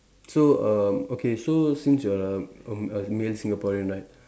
so err okay so since you're a a a male Singaporean right